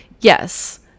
yes